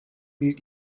büyük